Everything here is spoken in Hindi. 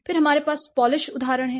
फिर हमारे पास पोलिश उदाहरण हैं